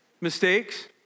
mistakes